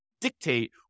dictate